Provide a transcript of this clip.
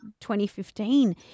2015